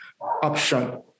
option